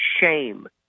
shame